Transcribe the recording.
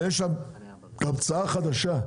ויש גם המצאה חדשה,